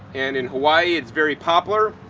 and in hawaii it's very popular,